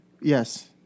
Yes